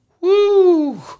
Woo